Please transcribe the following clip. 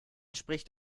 spricht